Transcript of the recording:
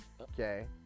okay